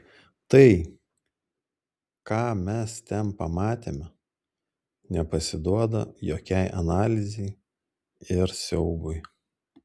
tai ką mes ten pamatėme nepasiduoda jokiai analizei ir siaubui